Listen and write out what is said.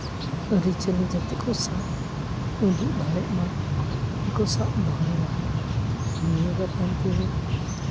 ᱟᱹᱨᱤᱪᱟᱹᱞᱤ ᱡᱟᱛᱮ ᱠᱚ ᱥᱟᱵ ᱩᱫᱩᱜ ᱫᱟᱲᱮᱜ ᱢᱟ ᱟᱨᱠᱚ ᱥᱟᱵ ᱫᱚᱦᱚᱭ ᱢᱟ ᱱᱤᱭᱮᱜᱮ ᱠᱷᱟᱱ ᱛᱮᱜᱮ